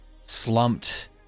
slumped